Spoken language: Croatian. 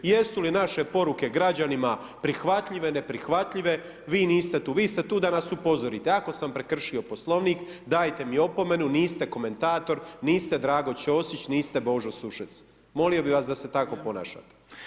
Jesu li naše poruke građanima prihvatljive, neprihvatljive, vi niste tu, vi ste tu da nas upozorite, ako sam prekršio Poslovnik, dajte mi opomenu, niste komentator, niste Drago Ćosić, niste Božo Sušec, molio bih vas da se tako ponašate.